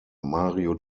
mario